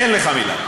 אין לך מילה.